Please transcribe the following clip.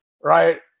right